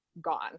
gone